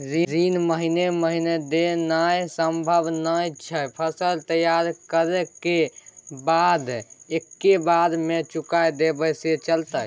ऋण महीने महीने देनाय सम्भव नय छै, फसल तैयार करै के बाद एक्कै बेर में चुका देब से चलते?